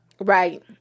right